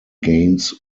gains